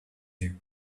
you